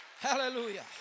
hallelujah